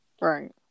right